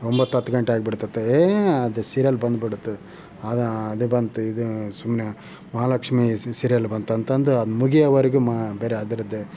ಒಂಬತ್ತು ಹತ್ತು ಗಂಟೆ ಆಗ್ಬಿಡುತ್ತೆ ಹತ್ತು ಏನು ಅದು ಸೀರಿಯಲ್ ಬಂದ್ಬಿಡುತ್ತೆ ಅದು ಅದು ಬಂತು ಇದು ಸುಮ್ಮನೆ ಮಹಾಲಕ್ಷ್ಮೀ ಸೀರಿಯಲ್ ಬಂತಂತಂದು ಅದು ಮುಗಿಯೋವರೆಗೂ ಮ ಬರೀ ಅದರದ್ದೇ